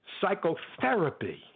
psychotherapy